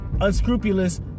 unscrupulous